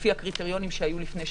לפי הקריטריונים שהיו לפני שנסגר.